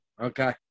Okay